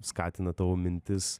skatina tavo mintis